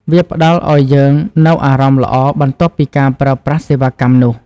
វាផ្ដល់ឱ្យយើងនូវអារម្មណ៍ល្អបន្ទាប់ពីការប្រើប្រាស់សេវាកម្មនោះ។